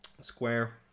Square